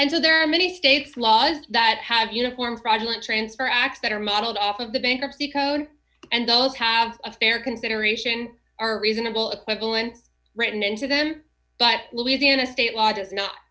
and so there are many states laws that have uniform fraudulent transfer act that are modeled off of the bankruptcy code and those have a fair consideration are reasonable equivalents written into them but louisiana state law does not